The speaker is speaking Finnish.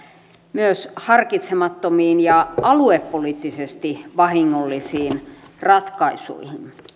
myös harkitsemattomiin ja aluepoliittisesti vahingollisiin ratkaisuihin